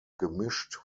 gemischt